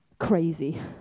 crazy